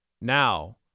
Now